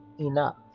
enough